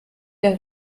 der